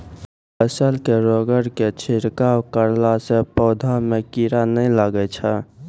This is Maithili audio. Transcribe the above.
फसल मे रोगऽर के छिड़काव करला से पौधा मे कीड़ा नैय लागै छै?